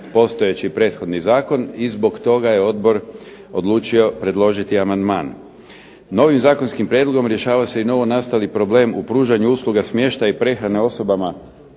postojeći prethodni zakon i zbog toga je odbor odlučio predložiti amandman. Novim zakonskim prijedlogom rješava se i novonastali problem u pružanju usluga smještaja i prehrane osobama